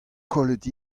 kollet